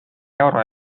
euro